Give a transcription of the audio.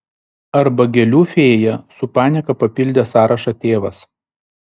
arba gėlių fėja su panieka papildė sąrašą tėvas